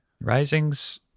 Rising's